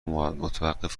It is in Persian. متوقف